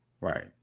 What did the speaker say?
Right